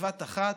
בבת אחת,